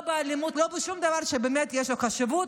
לא באלימות ולא בשום דבר שיש לו חשיבות,